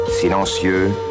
Silencieux